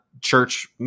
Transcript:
church